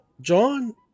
John